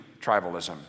tribalism